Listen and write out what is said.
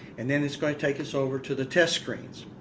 and then it's going to take us over to the test screens.